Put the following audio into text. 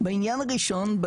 בעניין הראשון,